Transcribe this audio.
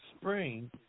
spring –